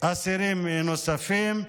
אסירים נוספים,